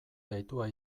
deitua